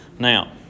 Now